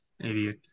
Idiot